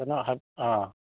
ꯀꯅꯥ ꯑꯥ